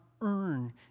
earn